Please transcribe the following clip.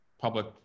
public